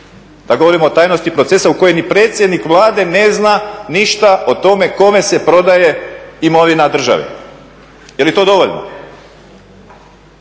Da govorimo o tajnosti procesa u kojoj ni predsjednik Vlade ne zna ništa o tome kome se prodaje imovina države. Jeli to dovoljno?